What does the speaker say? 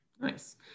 Nice